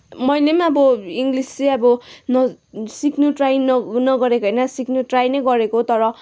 मैले पनि अब इङ्गलिस चाहिँ अब न सिक्नु ट्राइ न नगरेको होइन सिक्नु ट्राइ नै गरेको हो तर